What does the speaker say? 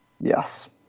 Yes